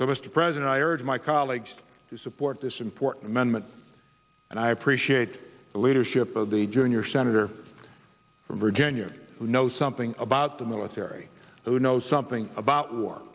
so mr president i urge my colleagues to support this important men meant and i appreciate the leadership of the junior senator from virginia who know something about the military who know something about